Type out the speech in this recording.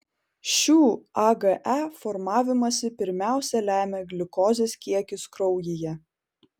šių age formavimąsi pirmiausia lemia gliukozės kiekis kraujyje